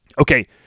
Okay